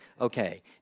okay